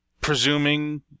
Presuming